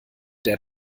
der